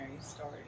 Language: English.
story